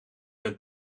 ben